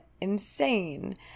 insane